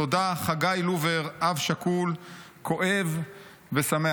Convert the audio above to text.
תודה, חגי לובר, אב שכול כואב ושמח".